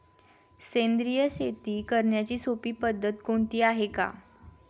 सेंद्रिय शेती करण्याची सोपी पद्धत कोणती आहे का?